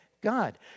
God